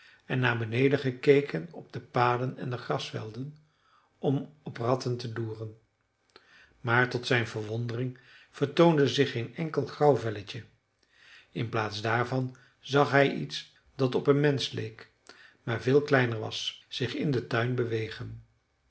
en naar beneden gekeken op de paden en de grasvelden om op ratten te loeren maar tot zijn verwondering vertoonde zich geen enkel grauwvelletje in plaats daarvan zag hij iets dat op een mensch leek maar veel kleiner was zich in den tuin bewegen